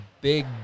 big